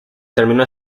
terminó